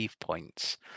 points